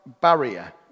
barrier